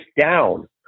down